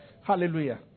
Hallelujah